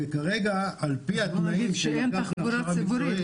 כרגע על פי התנאים שאין תחבורה ציבורית,